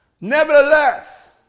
Nevertheless